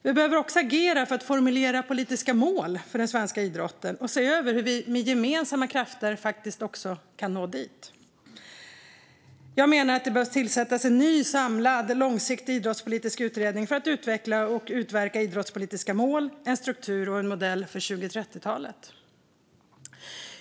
Vi behöver också agera för att formulera politiska mål för den svenska idrotten och se över hur vi med gemensamma krafter kan nå dit. Jag menar att det behöver tillsättas en ny, samlad och långsiktig idrottspolitisk utredning för att utveckla och utverka idrottspolitiska mål, en struktur och modell för 2030-talet.